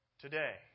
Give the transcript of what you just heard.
Today